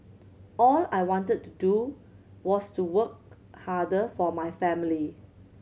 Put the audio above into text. all I wanted to do was to work harder for my family